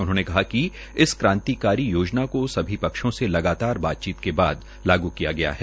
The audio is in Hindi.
उन्होंने कहा कि क्रांतिकारी योजना को सभी पक्षों से लगातार बातचीत के बाद लागू किया गया है